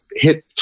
hit